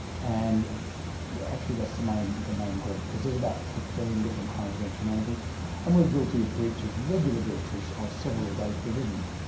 and actually that's the main the main group because there's about fifteen different crimes against humanity and we're guilty of breaches, regular breaches, of several of those provisions.